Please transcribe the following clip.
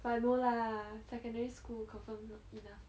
but no lah secondary school confirm not enough